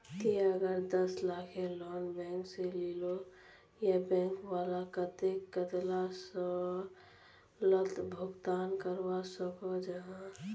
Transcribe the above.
ती अगर दस लाखेर लोन बैंक से लिलो ते बैंक वाला कतेक कतेला सालोत भुगतान करवा को जाहा?